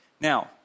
Now